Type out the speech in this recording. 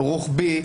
רוחבי,